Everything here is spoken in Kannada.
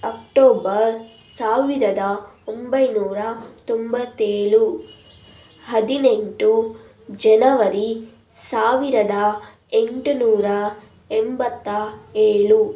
ಅಕ್ಟೋಬರ್ ಸಾವಿರದ ಒಂಬೈನೂರ ತೊಂಬತ್ತೇಳು ಹದಿನೆಂಟು ಜನವರಿ ಸಾವಿರದ ಎಂಟು ನೂರ ಎಂಬತ್ತ ಏಳು